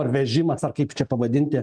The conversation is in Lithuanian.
ar vežimas ar kaip čia pavadinti